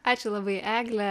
ačiū labai egle